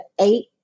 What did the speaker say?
eight